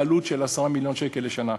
בעלות של 10 מיליון שקל לשנה.